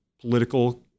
political